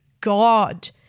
God